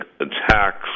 attacks